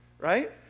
right